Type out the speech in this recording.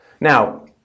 Now